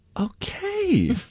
Okay